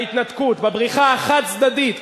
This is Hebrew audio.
בהתנתקות, בבריחה החד-צדדית.